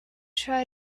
try